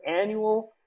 annual